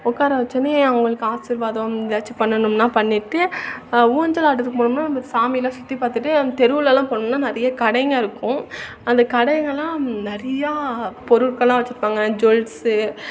உட்கார வச்சோன்னே அவங்களுக்கு ஆசீர்வாதம் எதாச்சும் பண்ணணும்ன்னா பண்ணிட்டு ஊஞ்சல் ஆட்டத்துக்கு போனம்ன்னா நம்ம சாமிலாம் சுற்றி பார்த்துட்டு அந்த தெருவுலாம் போனோன்னா நிறைய கடைங்க இருக்கும் அந்த கடைங்கலாம் நிறையா பொருட்கள்லாம் வச்சிருப்பாங்க ஜ்வல்ஸ்ஸு